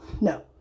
No